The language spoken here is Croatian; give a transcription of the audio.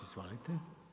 Izvolite.